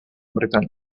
bretaña